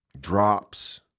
Drops